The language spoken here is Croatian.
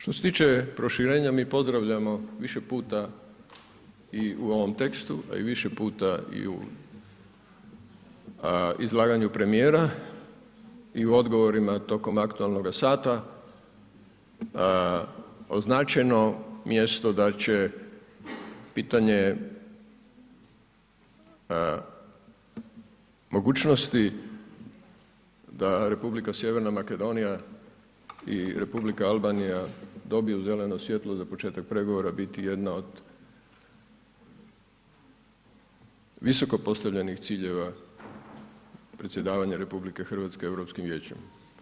Što se tiče proširenja, mi pozdravljamo više puta u ovom tekstu, a i više puta i u izlaganju premijera i u odgovorima tokom aktualnog sata, označeno mjesto da će pitanje mogućnosti da Republika Sjeverna Makedonija i Republika Albanija dobiju zeleno svjetlo za početak pregovora biti jedna od visoko postavljenih ciljeva predsjedavanja RH EU vijećem.